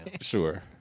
Sure